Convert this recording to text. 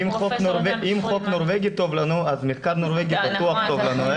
אם החוק הנורבגי טוב לנו אז מחקר נורבגי בטוח טוב לנו.